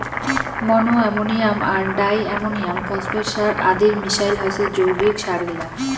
মনো ammonium আর diammonium phosphate সার আদির মিশাল হসে যৌগিক সারগিলা